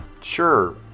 Sure